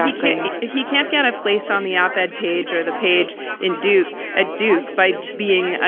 i think he can't get a place on the op ed page or the page in duke at duke by being, ah